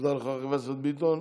תודה לך, חבר הכנסת ביטון.